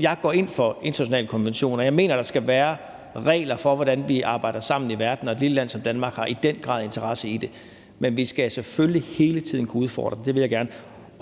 Jeg går ind for internationale konventioner, og jeg mener, der skal være regler for, hvordan vi arbejder sammen i verden, og et lille land som Danmark har i den grad interesse i det. Men vi skal selvfølgelig hele tiden kunne udfordre det. Det vil jeg gerne